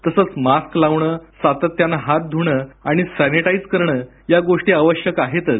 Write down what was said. तसंच मास्क लावणे सातत्यानं हात ध्णं आणि सानेटाईज करणं या गोष्टी आवश्यक आहेतच